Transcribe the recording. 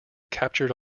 captured